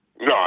No